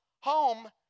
Home